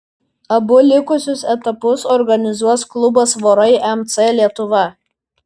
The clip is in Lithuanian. abu likusius etapus organizuos klubas vorai mc lietuva